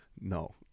No